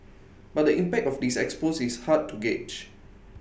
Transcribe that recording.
but the impact of this expose is hard to gauge